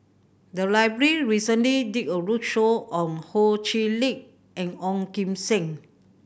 the library recently did a roadshow on Ho Chee Lick and Ong Kim Seng